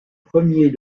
premier